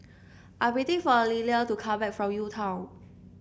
I'm waiting for Liller to come back from UTown